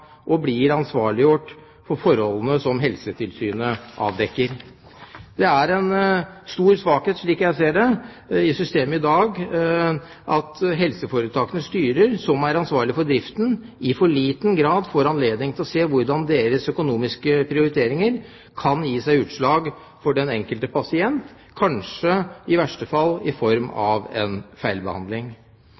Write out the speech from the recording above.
og blir ansvarliggjort for forholdene som Helsetilsynet avdekker. Det er en stor svakhet, slik jeg ser det, i systemet i dag at helseforetakenes styrer, som er ansvarlige for driften, i for liten grad får anledning til å se hvordan deres økonomiske prioriteringer kan gi seg utslag for den enkelte pasient, kanskje – i verste fall – i form av feilbehandling.